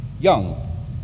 young